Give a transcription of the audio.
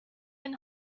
and